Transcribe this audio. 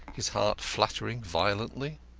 his heart fluttering violently.